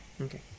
Okay